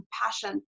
compassion